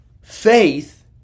Faith